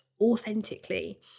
authentically